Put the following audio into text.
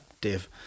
Dave